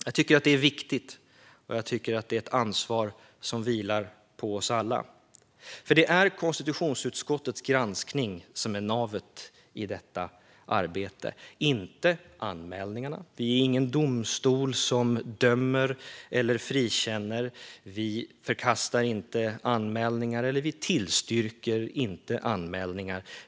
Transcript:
Jag tycker att det är viktigt, och jag tycker att det är ett ansvar som vilar på oss alla. Det är konstitutionsutskottets granskning - och inte anmälningarna - som är navet i detta arbete. Vi är ingen domstol som dömer eller frikänner. Vi förkastar eller tillstyrker inte anmälningar.